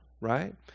Right